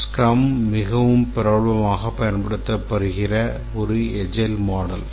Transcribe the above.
scrum மிகவும் பிரபலமாக பயன்படுத்தப்படுகிற எஜைல் மாடல்